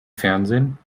fernsehen